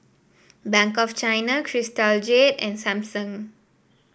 Bank of China Crystal Jade and Samsung